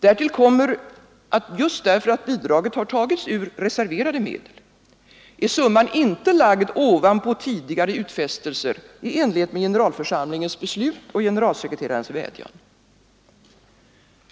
Därtill kommer att, just därför att bidraget tagits ur reserverade medel, är summan inte lagd ovanpå tidigare utfästelser i enlighet med generalförsamlingens beslut och generalsekreterarens vädjan.